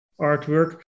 artwork